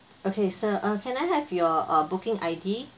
okay sir uh can I have your uh booking I_D